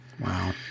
Wow